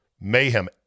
Mayhem